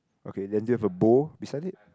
okay then do you have a bowl beside it